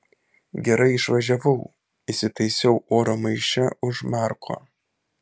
gerai išvažiavau įsitaisiau oro maiše už marko